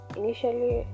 initially